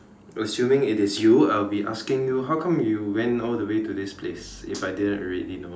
assuming it is you I will be asking you how come you went all the way to this place if I didn't already know